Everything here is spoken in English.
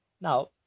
now